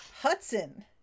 Hudson